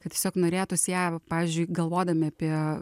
kad tiesiog norėtųs ją vat pavyzdžiui galvodami apie